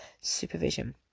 supervision